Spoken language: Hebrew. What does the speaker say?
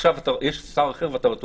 עכשיו יש שר אחר ואתה לא תוקף אותו.